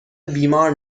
بیمار